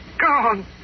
Gone